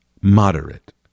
moderate